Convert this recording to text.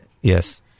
yes